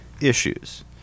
issues